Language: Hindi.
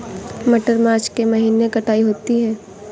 मटर मार्च के महीने कटाई होती है?